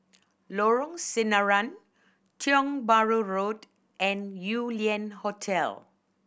Lorong Sinaran Tiong Bahru Road and Yew Lian Hotel